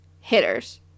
hitters